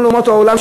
מכל אומות העולם,